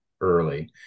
early